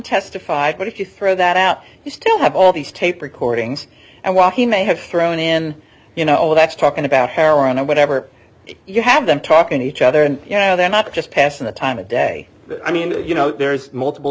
testified but if you throw that out you still have all these tape recordings and while he may have thrown in you know that's talking about heroin or whatever you have them talking to each other and you know they're not just passing the time of day i mean the you know there's multiple